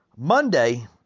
Monday